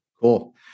Cool